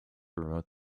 promote